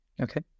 Okay